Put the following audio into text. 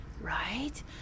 right